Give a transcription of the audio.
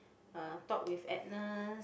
uh talk with Agnes